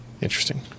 Interesting